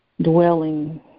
dwelling